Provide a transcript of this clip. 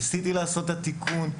ניסיתי לעשות את התיקון,